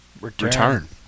return